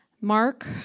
Mark